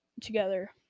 together